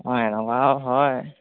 অঁ এনেকুৱাও হয়